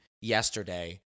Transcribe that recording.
yesterday